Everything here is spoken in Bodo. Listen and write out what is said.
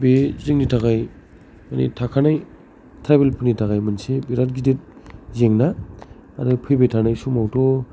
बे जोंनि थाखाय बे थाखानाय ट्राइबेल फोरनि थाखाय मोनसे बिराथ गिदिर जेंना आरो फैबाय थानाय समावथ'